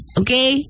okay